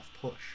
push